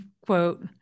quote